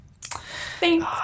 thanks